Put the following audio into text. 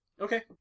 Okay